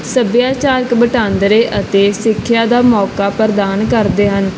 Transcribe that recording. ਸੱਭਿਆਚਾਰਕ ਵਟਾਂਦਰੇ ਅਤੇ ਸਿੱਖਿਆ ਦਾ ਮੌਕਾ ਪ੍ਰਦਾਨ ਕਰਦੇ ਹਨ